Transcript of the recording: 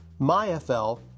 MyFL